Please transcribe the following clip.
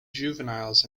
juveniles